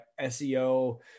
SEO